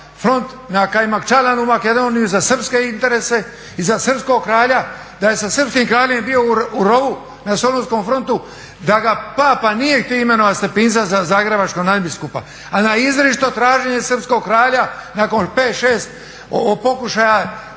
ne razumije/… u Makedoniji za srpske interese i za srpskog kralja. Da je sa srpskim kraljem bio u rovu na solunskom frontu. Da ga Papa nije htio imenovati Stepinca za zagrebačkog nadbiskupa. A na izričito traženje srpskog kralja nakon 5, 6 pokušaja